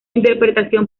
interpretación